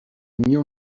knew